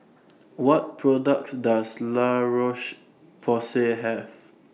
What products Does La Roche Porsay Have